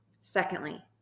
Secondly